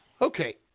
Okay